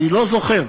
אני לא זוכר,